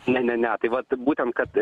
ne ne ne tai vat būtent kad